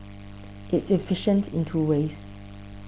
it's efficient in two ways